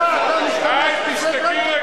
את תשתקי.